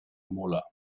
mula